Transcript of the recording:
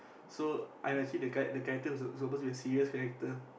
so I'm actually the guy the character who's s~ supposed to be a serious character